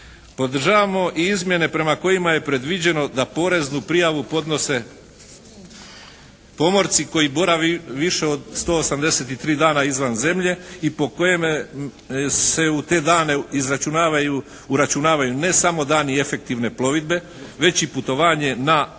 Podržavamo i izmjene prema kojima je predviđeno da poreznu prijavu podnose pomorci koji borave više od 183 dana izvan zemlje i po kojem se u te dane izračunavaju, uračunavaju ne samo dani efektivne plovidbe već i putovanje na ISA